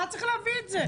למה צריך להביא את זה?